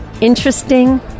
interesting